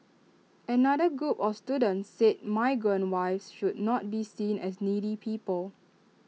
another group of students said migrant wives should not be seen as needy people